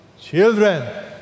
Children